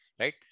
Right